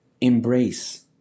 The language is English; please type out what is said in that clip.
Embrace